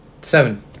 Seven